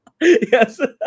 Yes